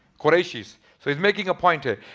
quraishi's. so he's making a pointed.